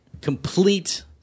complete